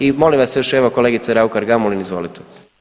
I molim vas još evo kolegica Raukar Gamulin izvolite.